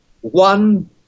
one